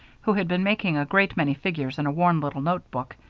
who had been making a great many figures in a worn little note-book,